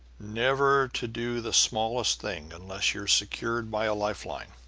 never to do the smallest thing unless you're secured by a life-line.